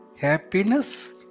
happiness